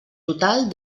total